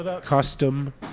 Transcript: custom